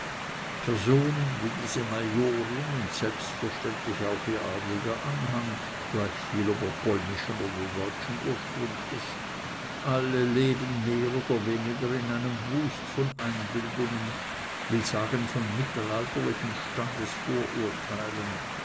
personen wie diese majorin und selbstverständlich auch ihr adliger anhang gleichviel ob er polnischen oder deutschen ursprungs ist alle leben mehr oder weniger in einem wust von einbildungen will sagen von mittelalterlichen standesvorurteilen